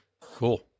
cool